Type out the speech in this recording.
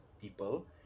people